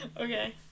Okay